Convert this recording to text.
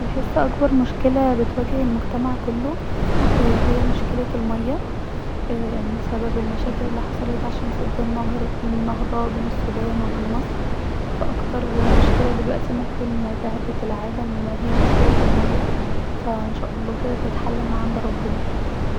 بحس اكبر مشكله بتواجه العمل كله هي مشكله المايه بسبب المشاكل الي حصلت بسبب سد النهر اا سد النهضة بين السودان وبين مصر ف اكتر مشكله دلوقتي ممكن تهدد العالم هي مشكله المايه ف أن شاء الله الحل من عند ربنا